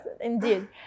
indeed